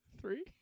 Three